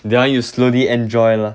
that one you slowly enjoy lah